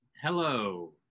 Hello